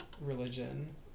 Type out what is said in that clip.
religion